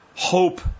Hope